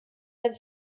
ein